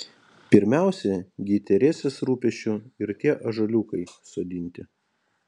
pirmiausia gi teresės rūpesčiu ir tie ąžuoliukai sodinti